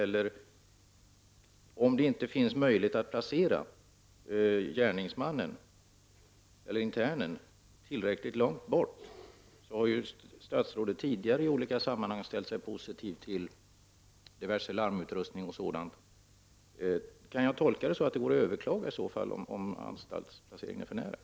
Eller om det saknas möjligheter att placera internen tillräckligt långt bort — statsrådet har ju tidigare ställt sig positiv till diverse larmutrustning och sådant — kan anstaltsplaceringen i så fall överklagas?